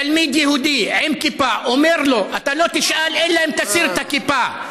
רואה תלמיד יהודי עם כיפה ואומר לו: אתה לא תשאל אלא אם תסיר את הכיפה,